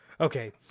Okay